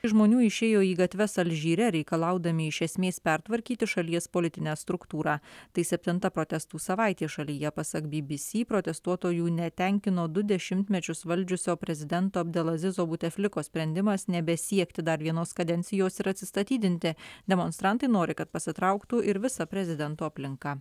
žmonių išėjo į gatves alžyre reikalaudami iš esmės pertvarkyti šalies politinę struktūrą tai septinta protestų savaitė šalyje pasak by by sy protestuotojų netenkino du dešimtmečius valdžiusio prezidento abdelazizo buteflikos sprendimas nebesiekti dar vienos kadencijos ir atsistatydinti demonstrantai nori kad pasitrauktų ir visa prezidento aplinka